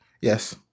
Yes